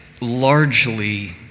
largely